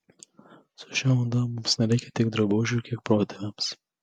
su šia oda mums nereikia tiek drabužių kiek protėviams